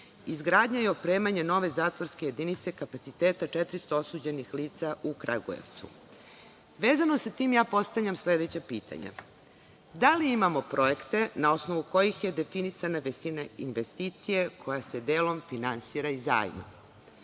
izgradnja i opremanje nove zatvorske jedinice kapaciteta 400 osuđenih lica u Kragujevcu. Vezano sa tim ja postavljam sledeća pitanja. Da li imamo projekte na osnovu kojih je definisana visina investicije koja se delom finansira iz zajma?